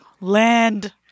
land